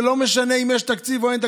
ולא משנה אם יש תקציב או אין תקציב.